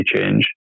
change